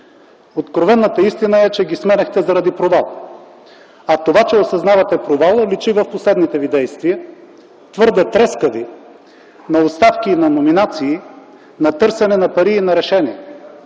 Откровената истина е, че ги сменяхте заради провал, а това, че осъзнавате провала, личи в последните ви действия, твърде трескави, на оставки и на номинации, на търсене на пари и на решение.